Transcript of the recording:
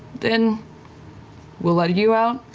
then we'll let you out,